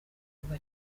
kuva